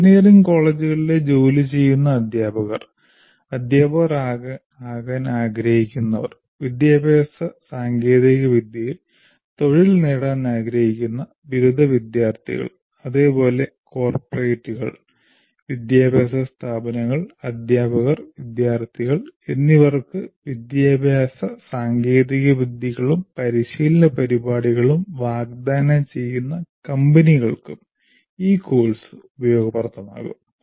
engineering കോളേജുകളിലെ ജോലി ചെയ്യുന്ന അധ്യാപകർ അധ്യാപകർ ആകാൻ ആഗ്രഹിക്കുന്നവർ വിദ്യാഭ്യാസ സാങ്കേതികവിദ്യയിൽ തൊഴിൽ നേടാൻ ആഗ്രഹിക്കുന്ന ബിരുദ വിദ്യാർത്ഥികൾ അതേപോലെ കോർപ്പറേറ്റുകൾ വിദ്യാഭ്യാസ സ്ഥാപനങ്ങൾ അധ്യാപകർ വിദ്യാർത്ഥികൾ എന്നിവർക്ക് വിദ്യാഭ്യാസ സാങ്കേതികവിദ്യകളും പരിശീലന പരിപാടികളും വാഗ്ദാനം ചെയ്യുന്ന കമ്പനികൾക്കും ഈ കോഴ്സ് ഉപയോഗപ്രദമാകും